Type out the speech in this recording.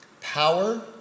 power